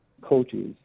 coaches